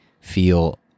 feel